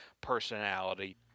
personality